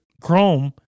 Chrome